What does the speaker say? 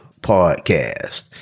podcast